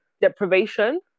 deprivation